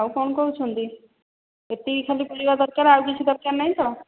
ଆଉ କଣ କହୁଛନ୍ତି ଏତିକି ଖାଲି ପରିବା ଦରକାର ଆଉ କିଛି ଦରକାର ନାହିଁ ତ